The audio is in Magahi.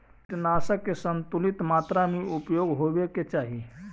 कीटनाशक के संतुलित मात्रा में उपयोग होवे के चाहि